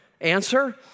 Answer